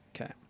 Okay